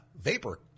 vapor